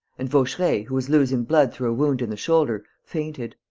and vaucheray, who was losing blood through a wound in the shoulder, fainted.